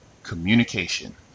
Communication